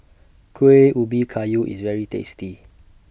Kueh Ubi Kayu IS very tasty